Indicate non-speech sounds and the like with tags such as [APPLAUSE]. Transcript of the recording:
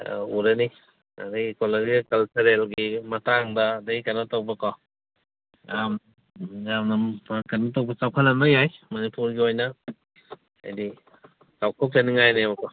ꯎꯔꯅꯤ ꯑꯗꯒꯤ [UNINTELLIGIBLE] ꯀꯜꯆꯔꯦꯜꯒꯤ ꯃꯇꯥꯡꯗ ꯑꯗꯒꯤ ꯀꯩꯅꯣ ꯇꯧꯕꯀꯣ ꯌꯥꯝꯅ ꯀꯩꯅꯣ ꯇꯧꯕ ꯆꯥꯎꯈꯠꯍꯟꯕ ꯌꯥꯏ ꯃꯅꯤꯄꯨꯔꯒꯤ ꯑꯣꯏꯅ ꯑꯗꯩꯗꯤ ꯆꯥꯎꯊꯣꯛꯆꯅꯤꯡꯉꯥꯏꯅꯦꯕꯀꯣ